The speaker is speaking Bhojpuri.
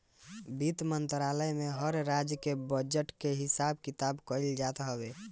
वित्त मंत्रालय में हर राज्य के बजट के हिसाब किताब कइल जात हवे